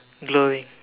glowing